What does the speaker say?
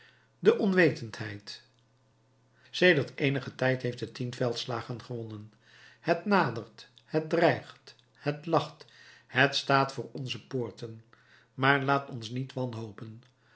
de onwetendheid sedert eenigen tijd heeft het tien veldslagen gewonnen het nadert het dreigt het lacht het staat voor onze poorten maar laat ons niet wanhopen